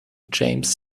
james